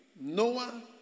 Noah